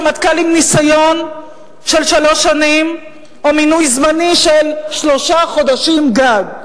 רמטכ"ל עם ניסיון של שלוש שנים או מינוי זמני של שלושה חודשים גג?